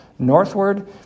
Northward